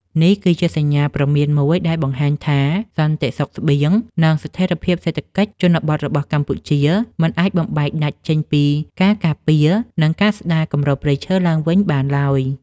នេះគឺជាសញ្ញាព្រមានមួយដែលបង្ហាញថា សន្តិសុខស្បៀង និងស្ថិរភាពសេដ្ឋកិច្ចជនបទរបស់កម្ពុជា មិនអាចបំបែកដាច់ចេញពីការការពារ និងការស្ដារគម្របព្រៃឈើឡើងវិញបានឡើយ។